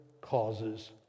causes